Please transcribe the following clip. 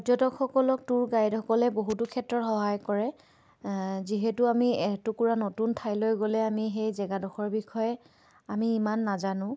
পৰ্যটকসকলক টুৰ গাইডসকলে বহুতো ক্ষেত্ৰত সহায় কৰে যিহেতু আমি এটুকুৰা নতুন ঠাইলৈ গ'লে আমি সেই জেগাডোখৰ বিষয়ে আমি ইমান নাজানো